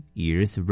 year's